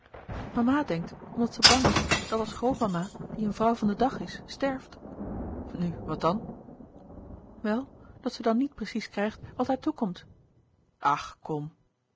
mama denkt omdat ze bang is dat als grootmama die een vrouw van den dag is sterft nu wat dan wel dat ze dan niet precies krijgt wat haar toekomt ach kom